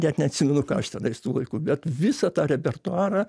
net neatsimenu ką aš tenais tų laikų bet visą tą repertuarą